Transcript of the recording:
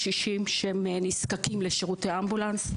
קשישים שהם נזקקים לשירותי אמבולנס.